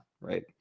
right